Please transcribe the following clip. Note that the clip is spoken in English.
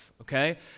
okay